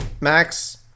Max